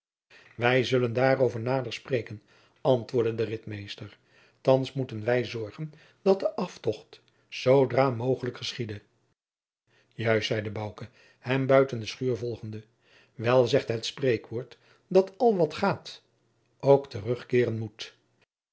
wij zullen daarover nader spreken antwoordde de ritmeester thands moeten wij zorgen dat de aftocht zoo dra mogelijk geschiede juist zeide bouke hem buiten de schuur volgende wel zegt het spreekwoord dat al wat gaat ook terugkeeren moet